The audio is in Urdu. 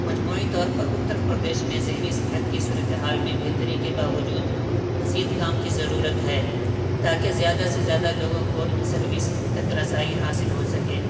مجموعی طور پر اتر پردیش میں ذہنی صحت کی صورت حال میں بہتری کے باوجود مزید کام کی ضرورت ہے تاکہ زیادہ سے زیادہ لوگوں کو ان سروس تک رسائی حاصل ہو سکے